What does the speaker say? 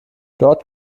dort